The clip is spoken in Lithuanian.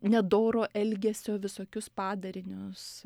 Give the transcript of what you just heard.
nedoro elgesio visokius padarinius